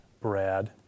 Brad